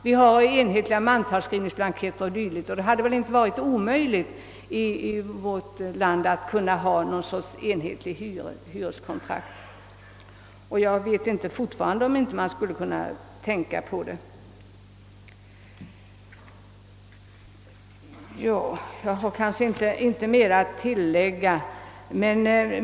Vi har enhetliga mantalsskrivningsblanketter o. d., och det hade väl inte varit omöjligt att införa enhetliga hyreskontrakt i vårt land. Jag är ännu inte övertygad om att detta inte är någonting som man bör överväga.